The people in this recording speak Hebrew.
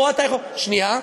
שנייה.